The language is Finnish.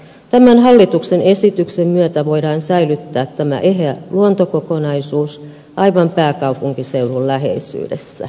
tämän hallituksen esityksen myötä voidaan säilyttää tämä eheä luontokokonaisuus aivan pääkaupunkiseudun läheisyydessä